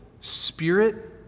spirit